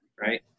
right